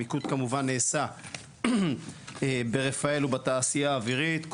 המיקוד כמובן נעשה ברפאל ובתעשייה האווירית.